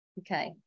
okay